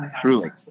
truly